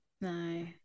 No